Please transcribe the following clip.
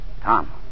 Tom